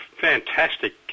fantastic